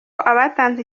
abatanze